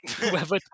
Whoever